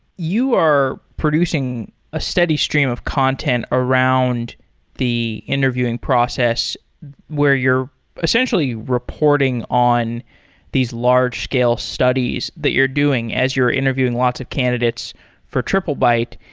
you are producing a steady stream of content around the interviewing process where you're essentially reporting on these large scale studies that you're doing as you're interviewing lots of candidates for triplebyte,